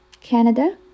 Canada